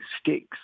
sticks